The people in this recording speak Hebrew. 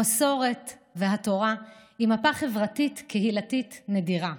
המסורת והתורה הן מפה חברתית-קהילתית נדירה,